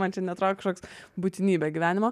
man čia neatrodo kažkoks būtinybe gyvenimo